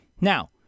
Now